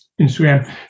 Instagram